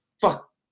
fuck